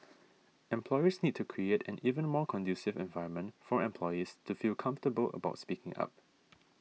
employers need to create an even more conducive environment for employees to feel comfortable about speaking up